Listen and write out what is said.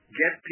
get